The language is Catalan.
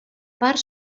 part